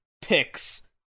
picks